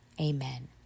amen